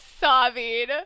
sobbing